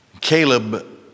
Caleb